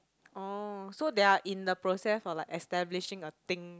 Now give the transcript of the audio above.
oh so they are in the process of like establishing a thing